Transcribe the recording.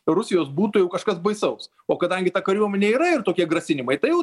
rusijos būtų jau kažkas baisaus o kadangi ta kariuomenė yra ir tokie grasinimai tai jau